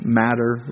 matter